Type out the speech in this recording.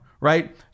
right